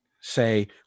say